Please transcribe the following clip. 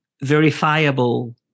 verifiable